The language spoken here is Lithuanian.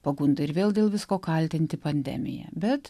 pagunda ir vėl dėl visko kaltinti pandemiją bet